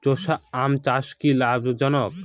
চোষা আম চাষ কি লাভজনক?